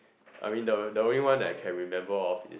I mean the the only one that I can remember of